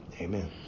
Amen